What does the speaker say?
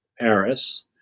Paris